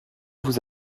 vous